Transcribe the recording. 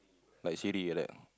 like Siri like that